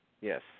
yes